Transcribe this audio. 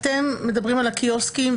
אתם מדברים על הקיוסקים,